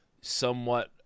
somewhat